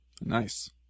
Nice